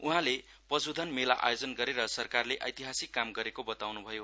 उहाँले पश्धन मेला आयोजन गरेर सरकारले एतिहासिक काम गरेको बताउन् भयो